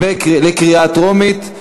לקריאה טרומית,